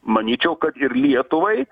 manyčiau kad ir lietuvai